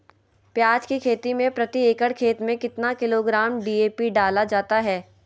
प्याज की खेती में प्रति एकड़ खेत में कितना किलोग्राम डी.ए.पी डाला जाता है?